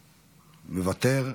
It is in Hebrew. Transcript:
מוותר.